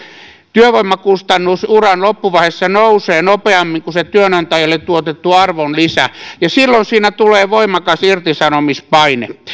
työvoimakustannus uran loppuvaiheessa nousee nopeammin kuin se työnantajalle tuotettu arvonlisä ja silloin siinä tulee voimakas irtisanomispaine